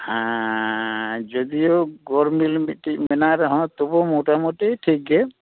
ᱡᱳᱫᱤᱳ ᱜᱚᱲ ᱢᱤᱞ ᱢᱤᱫᱴᱮᱡ ᱢᱮᱱᱟᱭ ᱨᱮᱦᱚᱸ ᱛᱚᱵᱩᱣ ᱢᱳᱴᱟ ᱢᱩᱴᱤ ᱴᱷᱤᱠ ᱜᱮ